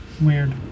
Weird